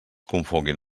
confonguin